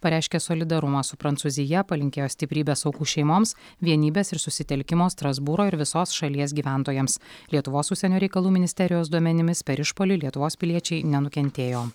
pareiškė solidarumą su prancūzija palinkėjo stiprybės aukų šeimoms vienybės ir susitelkimo strasbūro ir visos šalies gyventojams lietuvos užsienio reikalų ministerijos duomenimis per išpuolį lietuvos piliečiai nenukentėjo